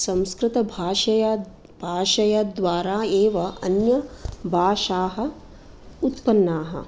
संस्कृतभाषया भाषया द्वारा एव अन्य भाषाः उत्पन्नाः